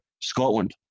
Scotland